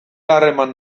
harreman